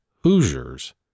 Hoosiers